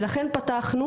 ולכן פתחנו